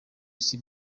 isi